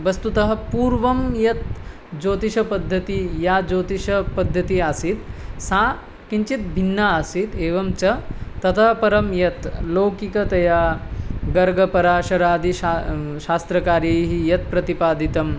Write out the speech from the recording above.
वस्तुतः पूर्वं यत् ज्योतिषपद्धतिः या ज्योतिषपद्धतिः आसीत् सा किञ्चित् भिन्ना आसीत् एवं च ततः परं यत् लौकिकतया गर्गपराशरादि शा शास्त्रकारैः यत् प्रतिपादितं